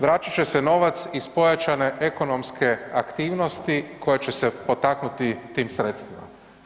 Vraćat će se novac iz pojačane ekonomske aktivnosti koja će se potaknuti tim sredstvima.